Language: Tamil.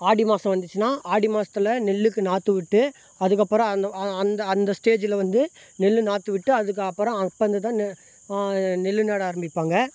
ஆடி மாதம் வந்துச்சுனால் ஆடி மாதத்துல நெல்லுக்கு நாற்று விட்டு அதுக்கப்புறம் அந்த அந்த அந்த ஸ்டேஜ்ஜில் வந்து நெல் நாற்று விட்டு அதுக்கப்புறம் அப்போ இருந்து தான் நெல் நட ஆரம்பிப்பாங்க